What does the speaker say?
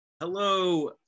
Hello